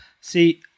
See